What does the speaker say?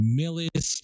Millis